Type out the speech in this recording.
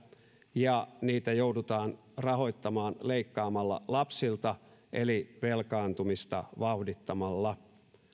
ja niitä joudutaan rahoittamaan leikkaamalla lapsilta eli velkaantumista vauhdittamalla